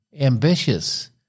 ambitious